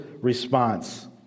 response